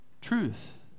truth